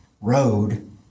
road